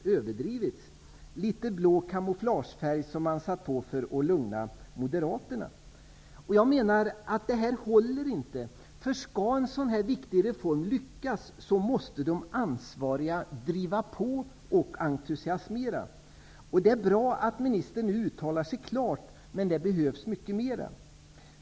Man har satt på litet blå kamouflagefärg för att lugna Moderaterna. Jag menar att detta inte håller. Skall en sådan här viktig reform lyckas, måste de ansvariga driva på och entusiasmera. Det är bra att ministern nu uttalar sig klart, men det behövs mycket mer.